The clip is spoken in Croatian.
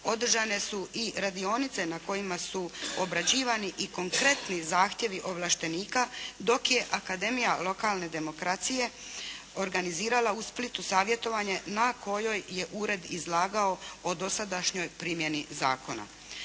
Održane su i radionice na kojima su obrađivani i konkretni zahtjevi ovlaštenika dok je akademija lokalne demokracije organizirala u Splitu savjetovanje na kojoj je ured izlagao o dosadašnjoj primjeni zakona.